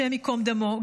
השם ייקום דמו,